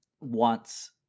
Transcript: wants